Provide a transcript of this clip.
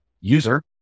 user